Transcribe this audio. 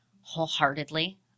wholeheartedly